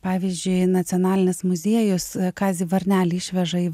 pavyzdžiui nacionalinis muziejus kazį varnelį išveža į